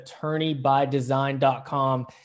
attorneybydesign.com